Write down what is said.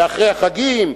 ואחרי החגים,